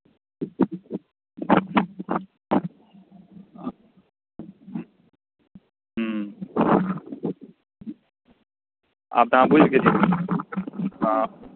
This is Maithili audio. ह्म्म आब तऽअहाँ बुझि गेलियै